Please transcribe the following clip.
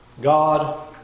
God